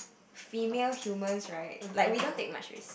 female human's right like we don't take much risk